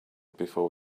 before